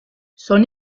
son